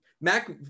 Mac